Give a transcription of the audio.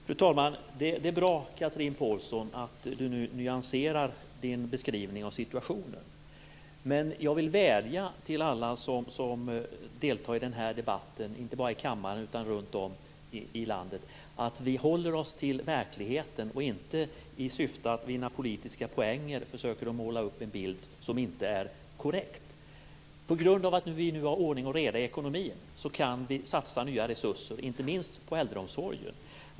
Fru talman! Det är bra att Chatrine Pålsson nu nyanserar sin beskrivning av situationen. Men jag vill vädja till alla som deltar i den här debatten inte bara här i kammaren utan runtom i landet att hålla sig till verkligheten och inte i syfte att vinna politiska poänger försöker att måla upp en bild som inte är korrekt. På grund av att vi nu har ordning och reda i ekonomin kan vi satsa nya resurser inte minst på äldreomsorgen.